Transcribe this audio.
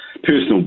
personal